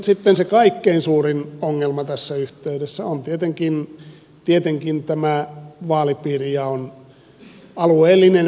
sitten se kaikkein suurin ongelma tässä yhteydessä on tietenkin tämä vaalipiirijaon alueellinen väkivaltaisuus